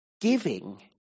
Giving